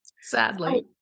Sadly